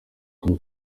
izi